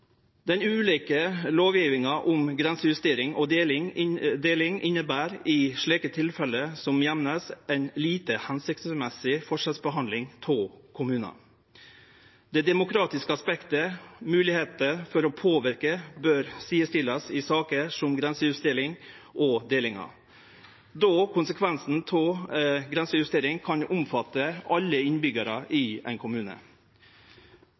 Den ulike lovgjevinga om grensejustering og deling inneber i tilfelle som Gjemnes ei lite føremålstenleg forskjellsbehandling av kommunane. Det demokratiske aspektet, høvet til å påverke, bør sidestillast i saker om grensejustering og deling, då konsekvensane av ei grensejustering kan omfatte alle innbyggjarane i ein kommune.